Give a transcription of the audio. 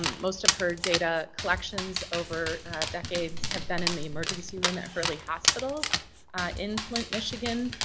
um most of her data collections over decades have been in the emergency room at hurley hospital in flint, michigan.